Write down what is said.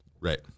Right